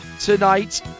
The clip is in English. tonight